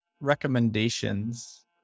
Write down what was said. recommendations